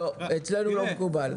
לא, אצלנו לא מקובל.